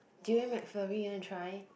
Durian Mcflurry you want to try